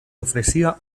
ofrecía